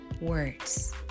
words